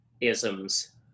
isms